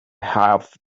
have